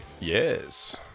Yes